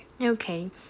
Okay